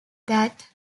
that